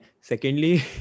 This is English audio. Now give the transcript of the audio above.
secondly